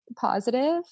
positive